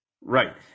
Right